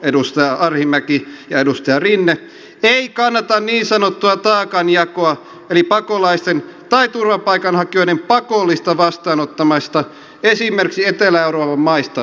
edustaja arhinmäki ja edustaja rinne ei kannata niin sanottua taakanjakoa eli pakolaisten tai turvapaikanhakijoiden pakollista vastaanottamista esimerkiksi etelä euroopan maista suomeen